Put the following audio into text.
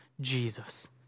Jesus